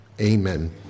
amen